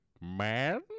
man